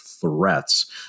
threats